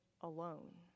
alone